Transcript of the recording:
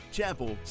chapel